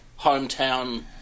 hometown